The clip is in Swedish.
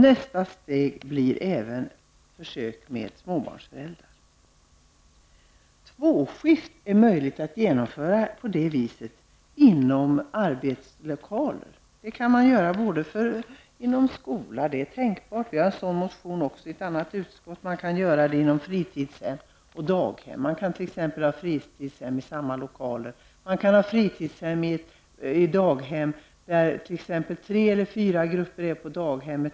Nästa steg blir försök med småbarnsföräldrar. Det är möjligt att på det viset genomföra tvåskift i samma arbetslokaler. Det är t.ex. tänkbart att göra det på skolans område, något som vi har föreslagit i en motion som sorterar under annat utskott. Samma sak kan göras på fritids och daghem. Fritidshemmet kan alltså vara i samma lokaler som daghemmet. Tre eller fyra grupper kan vara på daghemmet.